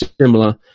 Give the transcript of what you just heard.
similar